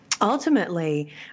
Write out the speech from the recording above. Ultimately